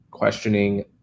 Questioning